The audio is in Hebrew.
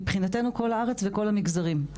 מבחינתנו, כל הארץ וכל המגזרים.